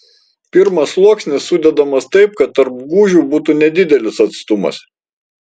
pirmas sluoksnis sudedamas taip kad tarp gūžių būtų nedidelis atstumas